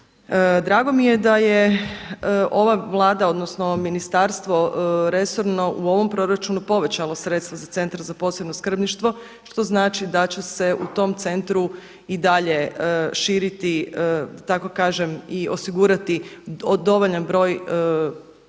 Drago mi je da je ova Vlada, odnosno ministarstvo resorno u ovom proračunu povećalo sredstva za Centar za posebno skrbništvo što znači da će se u tom centru i dalje širiti da tako kažem i osigurati dovoljan broj ljudi